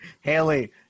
Haley